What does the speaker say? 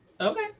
Okay